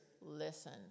listen